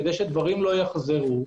כדי שדברים לא יחזרו,